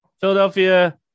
Philadelphia